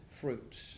fruits